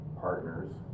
partners